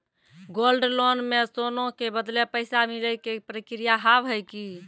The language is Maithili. गोल्ड लोन मे सोना के बदले पैसा मिले के प्रक्रिया हाव है की?